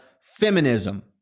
feminism